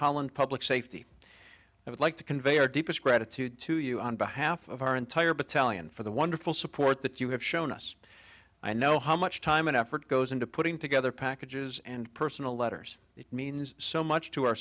holland public safety i would like to convey our deepest gratitude to you on behalf of our entire battalion for the wonderful support that you have shown us i know how much time and effort goes into putting together packages and personal letters it means so much to our